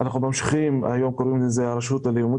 אנחנו ממשיכים היום קוראים לזה הרשות הלאומית